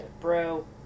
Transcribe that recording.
bro